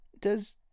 Does